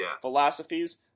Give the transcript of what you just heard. philosophies